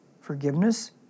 forgiveness